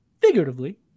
figuratively